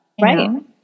Right